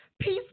Peace